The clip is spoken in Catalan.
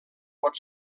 pot